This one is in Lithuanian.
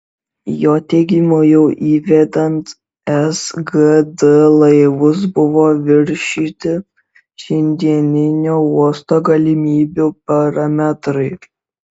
jo teigimu jau įvedant sgd laivus buvo viršyti šiandieninio uosto galimybių parametrai